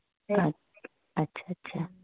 अ अच्छ अच्छा